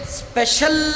special